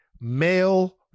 male